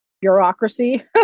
bureaucracy